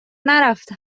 نرفته